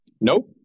Nope